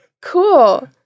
cool